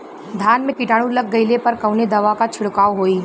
धान में कीटाणु लग गईले पर कवने दवा क छिड़काव होई?